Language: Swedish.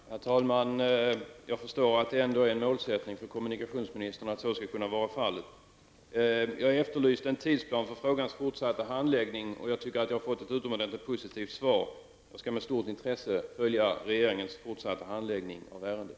Herr talman! Jag förstår att det ändå är en målsättning för kommunikationsministern att en lösning kan nås. Jag efterlyste en tidsplan för frågans fortsatta handläggning, och jag tycker att jag har fått ett utomordentligt positivt svar. Jag skall med stort intresse följa regeringens fortsatta handläggning av ärendet.